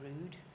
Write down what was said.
rude